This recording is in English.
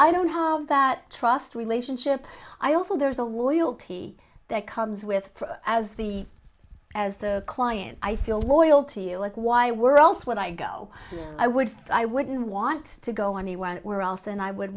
i don't have that trust we laid unship i also there's a loyalty that comes with as the as the client i feel loyal to you like why we're also what i go i would i wouldn't want to go anywhere else and i would